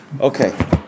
Okay